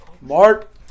Mark